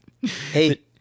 hey